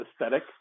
aesthetic